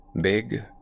Big